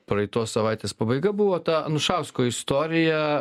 praeitos savaitės pabaiga buvo ta anušausko istorija